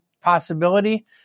possibility